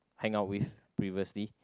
hang out with previously